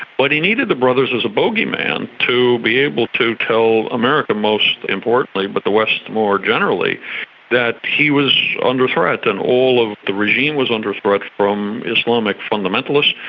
but he needed the brothers as a bogeyman to be able to tell america most importantly but the west more generally that he was under threat and all of the regime was under threat from islamic fundamentalists,